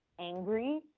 angry